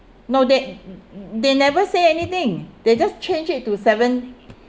no they they never say anything they just change it to seven